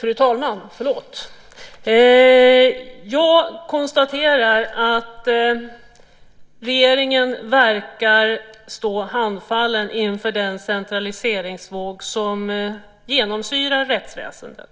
Fru talman! Jag konstaterar att regeringen verkar stå handfallen inför den centraliseringsvåg som genomsyrar rättsväsendet.